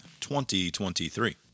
2023